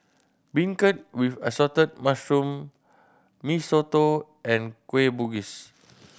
beancurd with assorted mushroom Mee Soto and Kueh Bugis